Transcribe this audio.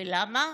ולמה?